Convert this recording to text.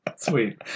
Sweet